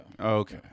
Okay